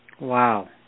Wow